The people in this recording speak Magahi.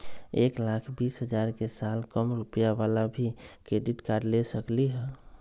एक लाख बीस हजार के साल कम रुपयावाला भी क्रेडिट कार्ड ले सकली ह?